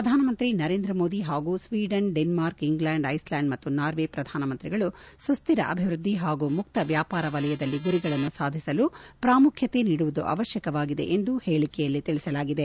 ಪ್ರಧಾನಮಂತ್ರಿ ನರೇಂದ್ರ ಮೋದಿ ಹಾಗೂ Sweden Denmark England Iceland ಮತ್ತು ನಾರ್ವೆ ಪ್ರಧಾನಮಂತ್ರಿಗಳು ಸುಶ್ಹಿರ ಅಭಿವೃದ್ದಿ ಹಾಗೂ ಮುಕ್ತ ವ್ಯಾಪಾರ ವಲಯದಲ್ಲಿ ಗುರಿಗಳನ್ನು ಸಾಧಿಸಲು ಪ್ರಾಮುಖ್ಯತೆ ನೀಡುವುದು ಅವಶ್ಯಕವಾಗಿದೆ ಎಂದು ಹೇಳಿಕೆಯಲ್ಲಿ ತಿಳಿಸಲಾಗಿದೆ